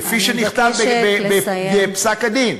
כפי שנכתב בפסק-הדין,